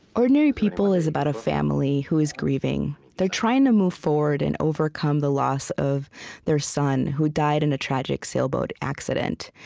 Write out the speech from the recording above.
ordinary people is about a family who is grieving. they're trying to move forward and overcome the loss of their son who died in a tragic sailboat accident,